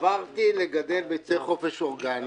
עברתי לגדל ביצי חופש אורגניות,